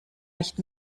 nicht